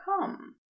come